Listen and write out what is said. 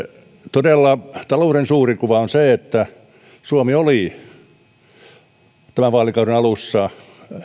todella talouden suuri kuva on se että suomi oli tämän vaalikauden alussa